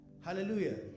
Hallelujah